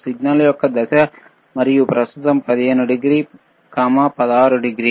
signal యొక్క దశ మరియు ప్రస్తుతం 15 డిగ్రీ 16 డిగ్రీ